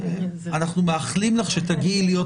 הצבעה על אישור התקנות התקנות התקבלו.